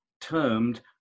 termed